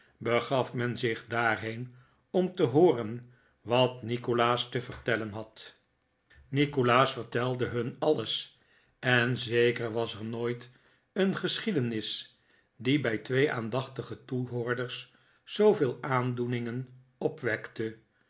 begaf men zich daarheen om te hooren wat nikolaas te vertellen had nikolaas vertelde hun alles en zeker was er nooit een geschiedenis die bij twee aandachtige toehoorders zooveel aandoeningen opwekte